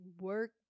work